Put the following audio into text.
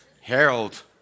Harold